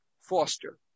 Foster